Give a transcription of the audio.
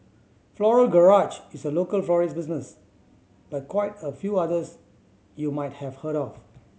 Floral Garage is a local florist business like quite a few others you might have heard of